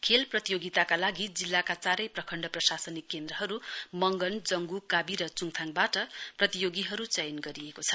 खेल प्रतियोगिताका लागि जिल्लाका चारै प्रखण्ड प्रशासनिक केन्द्रहरू मगन जंगु काबी र चुङथाङबाट प्रतियोगीहरू चयन गरिएको छ